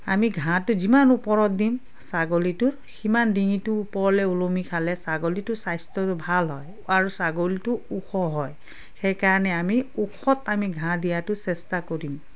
আমি ঘাঁহটো যিমান ওপৰত দিম ছাগলীটোৰ সিমান ডিঙিটো ওপৰলে্ৈ ওলমি খালে ছাগলীটো স্বাস্থ্য ভাল হয় আৰু ছাগলীটো ওখ হয় সেইকাৰণে আমি ওখত আমি ঘাঁহ দিয়াটো চেষ্টা কৰিম